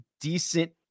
decent